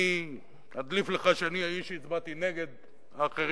אני אדליף לך שאני האיש שהצביע נגד האחרים.